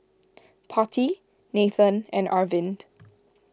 Potti Nathan and Arvind